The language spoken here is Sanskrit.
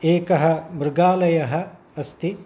एकः मृगालयः अस्ति